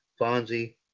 Fonzie